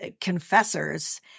confessors